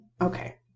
okay